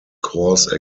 course